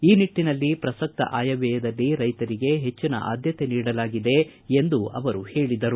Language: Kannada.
ಈ ನಿಟ್ಟಿನಲ್ಲಿ ಪ್ರಸತ್ತ ಆಯವ್ಕಯದಲ್ಲಿ ರೈತರಿಗೆ ಹೆಚ್ಚಿನ ಆದ್ಮತೆ ನೀಡಲಾಗಿದೆ ಎಂದು ಅವರು ಹೇಳಿದರು